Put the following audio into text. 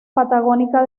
patagónica